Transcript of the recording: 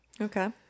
Okay